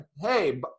hey